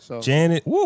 Janet